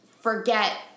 forget